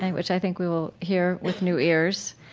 and which i think we will hear with new ears.